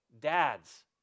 dads